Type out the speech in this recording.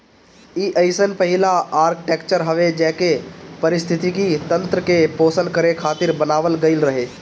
इ अइसन पहिला आर्कीटेक्चर हवे जेके पारिस्थितिकी तंत्र के पोषण करे खातिर बनावल गईल रहे